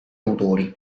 autori